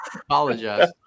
Apologize